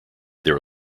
their